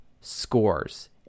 scores